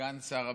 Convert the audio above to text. סגן שר הביטחון,